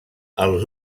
els